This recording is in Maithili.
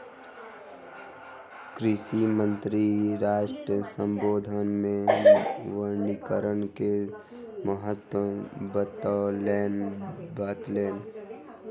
कृषि मंत्री राष्ट्र सम्बोधन मे वनीकरण के महत्त्व बतौलैन